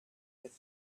with